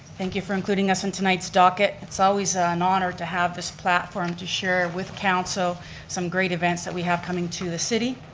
thank you for including us in tonight's docket. it's always ah an honor to have this platform to share with council some great events that we have coming to the city,